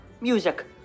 music